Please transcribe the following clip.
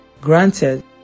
Granted